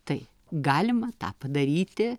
tai galima tą padaryti